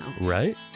Right